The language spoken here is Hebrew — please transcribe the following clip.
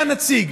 עונה הנציג: